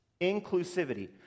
inclusivity